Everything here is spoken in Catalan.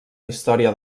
història